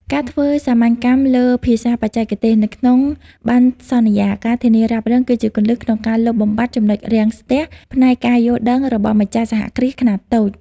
ការធ្វើសាមញ្ញកម្មលើ "ភាសាបច្ចេកទេស" នៅក្នុងបណ្ណសន្យា ការធានារ៉ាប់រង គឺជាគន្លឹះក្នុងការលុបបំបាត់ ចំណុចរាំងស្ទះ ផ្នែកការយល់ដឹងរបស់ម្ចាស់សហគ្រាសខ្នាតតូច។